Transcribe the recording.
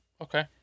Okay